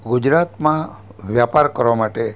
ગુજરાતમાં વ્યાપાર કરવા માટે